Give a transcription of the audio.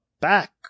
back